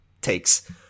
takes